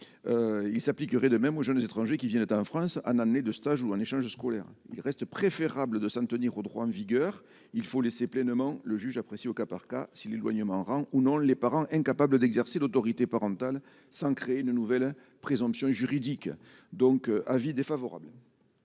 il s'appliquerait de même aux jeunes étrangers qui viennent d'être en France, Anne année de stage ou un échange scolaire reste préférable de s'en tenir au droit en vigueur, il faut laisser pleinement le juge apprécie au cas par cas, si l'éloignement rend ou non, les parents incapables d'exercer l'autorité parentale, sans créer de nouvelles présomption juridique, donc avis défavorable.